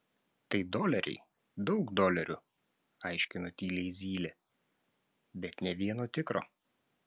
tai doleriai daug dolerių aiškino tyliai zylė bet nė vieno tikro